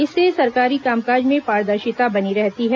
इससे सरकारी कामकाज में पारदर्शिता बनी रहती है